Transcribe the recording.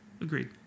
Agreed